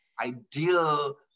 ideal